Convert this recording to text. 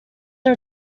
are